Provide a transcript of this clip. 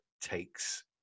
takes